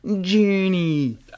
journey